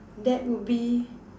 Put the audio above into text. that would be